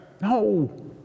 No